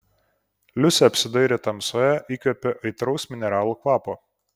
liusė apsidairė tamsoje įkvėpė aitraus mineralų kvapo